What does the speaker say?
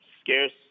scarce